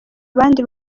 abandi